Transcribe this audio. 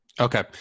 okay